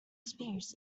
spears